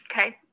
Okay